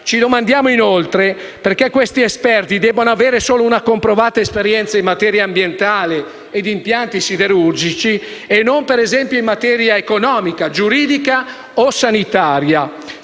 Ci domandiamo, inoltre, perché questi esperti debbano avere solo una comprovata esperienza in materia ambientale e di impianti siderurgici e non - per esempio - in materia economica, giuridica o sanitaria.